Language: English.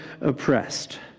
oppressed